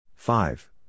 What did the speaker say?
Five